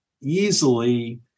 easily